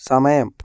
സമയം